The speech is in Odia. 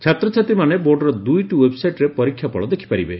ଛାତ୍ରଛାତ୍ରୀମାନେ ବୋର୍ଡ଼ର ଦୁଇଟି ଓ୍ୱେବ୍ସାଇଟ୍ରେ ପରୀକ୍ଷା ଫଳ ଦେଖ୍ପାରିବେ